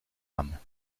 âme